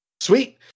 Sweet